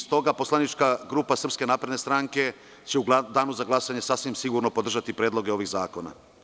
Stoga poslanička grupa SNS će u Danu za glasanje sasvim sigurno podržati predloge ovih zakona.